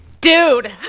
Dude